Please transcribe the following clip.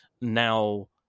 now